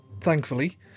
thankfully